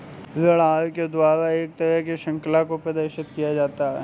ऋण आहार के द्वारा एक तरह की शृंखला को प्रदर्शित किया जाता है